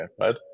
right